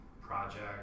project